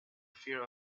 fear